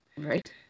Right